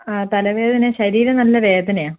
ആ തലവേദന ശരീരം നല്ല വേദനയാ